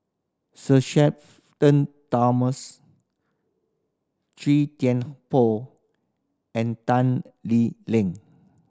Sir Shenton Thomas Chua Thian Poh and Tan Lee Leng